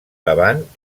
davant